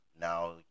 now